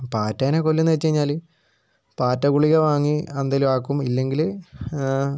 പാറ്റേനെ കൊല്ലുന്നത് വച്ച് കഴിഞ്ഞാൽ പാറ്റഗുളിക വാങ്ങി എന്തെങ്കിലും ആക്കും ഇല്ലെങ്കിൽ